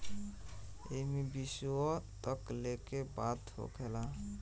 एईमे विश्व तक लेके बात होखेला